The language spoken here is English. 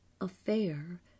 affair